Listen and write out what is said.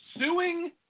suing